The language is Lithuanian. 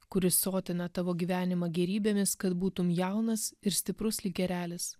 kuris sotina tavo gyvenimą gėrybėmis kad būtum jaunas ir stiprus lyg erelis